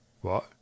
What